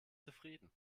zufrieden